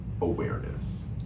awareness